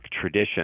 tradition